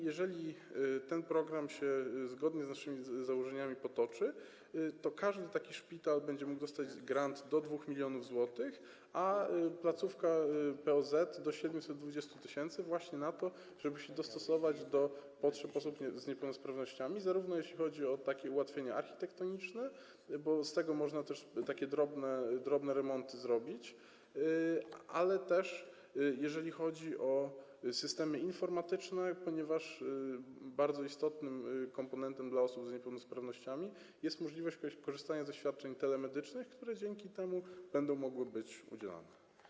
Jeżeli ten program będzie realizowany zgodnie z naszymi założeniami, to każdy taki szpital będzie mógł dostać grant do 2 mln zł, a placówka POZ - do 720 tys. właśnie na to, żeby się dostosować do potrzeb osób z niepełnosprawnościami, zarówno jeśli chodzi o ułatwienia architektoniczne, bo z tego można też takie drobne remonty zrobić, jak i jeżeli chodzi o systemy informatyczne, ponieważ bardzo istotnym elementem dla osób z niepełnosprawnościami jest możliwość korzystania ze świadczeń telemedycznych, które dzięki temu będą mogły być udzielane.